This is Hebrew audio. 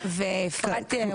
דרכון,